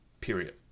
Period